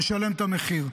ידע שישלם את המחיר.